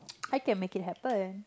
I can make it happen